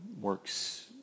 works